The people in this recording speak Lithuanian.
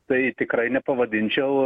tai tikrai nepavadinčiau